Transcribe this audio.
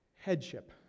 Headship